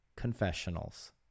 Confessionals